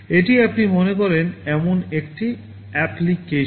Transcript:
এটি আপনি মনে করেন এমন একটি অ্যাপ্লিকেশন